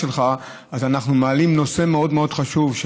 שלך אנחנו מעלים נושא מאוד חשוב,